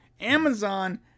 Amazon